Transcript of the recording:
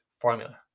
formula